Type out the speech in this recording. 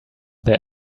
their